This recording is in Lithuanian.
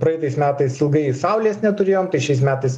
praeitais metais ilgai saulės neturėjom tai šiais metais